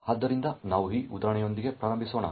ಆದ್ದರಿಂದ ನಾವು ಈ ಉದಾಹರಣೆಯೊಂದಿಗೆ ಪ್ರಾರಂಭಿಸೋಣ